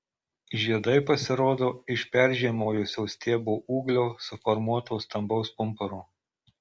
žiedai pasirodo iš peržiemojusio stiebo ūglio suformuoto stambaus pumpuro